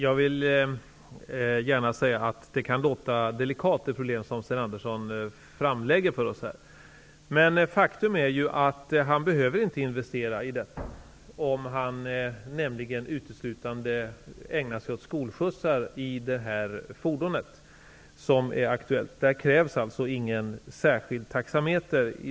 Fru talman! Det problem som Sten Andersson i Malmö framlägger för oss kan låta delikat. Men faktum är ju att denna taxiägare inte behöver investera i en taxameter i det aktuella fordonet om han uteslutande ägnar sig åt skolskjutsar. Då krävs det alltså inte någon taxameter.